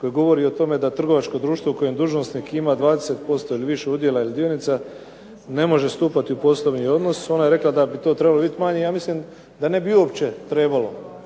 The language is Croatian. koji govori o tome da trgovačko društvo u kojem dužnosnik ima 20% više udjela ili dionica ne može stupati u poslovni odnos, ona je rekla da bi to trebalo biti manje. Ja mislim da ne bi uopće trebalo